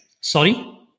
sorry